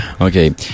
Okay